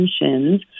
intentions